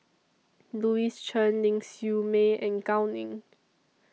Louis Chen Ling Siew May and Gao Ning